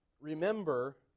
remember